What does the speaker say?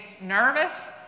nervous